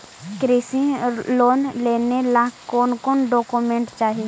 कृषि लोन लेने ला कोन कोन डोकोमेंट चाही?